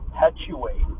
perpetuate